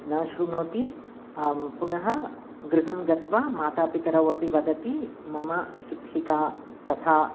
न शृणोति पुनः गृहं गत्वा मातापितरौ अपि वदति मम शिक्षिका तथा